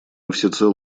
всецело